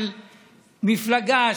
מפלגה,